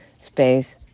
space